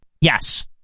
Yes